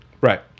Right